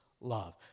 love